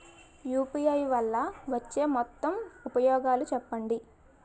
UPI వల్ల వచ్చే మొత్తం ఉపయోగాలు చెప్పండి?